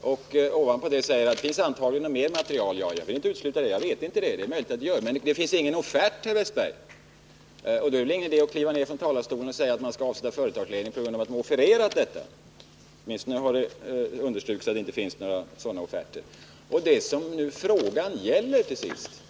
och att det antagligen finns mer material. Det är möjligt, men det finns ingen offert, herr Wästberg, och det är väl då ingen idé att kliva upp i talarstolen och säga att man bör avsätta företagsledningen, därför att den har offererat detta. Det har ju understrukits att det inte finns några offerter av det ifrågavarande slaget.